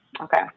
Okay